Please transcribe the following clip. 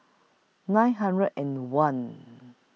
nine hundred and one